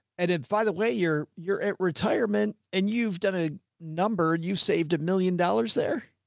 and if by the way, you're, you're at retirement and you've done a number, you saved a million dollars there.